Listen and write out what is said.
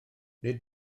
nid